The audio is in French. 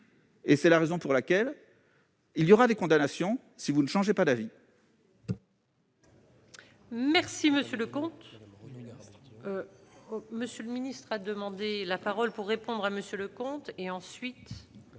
! C'est la raison pour laquelle il y aura des condamnations si vous ne changez pas d'avis.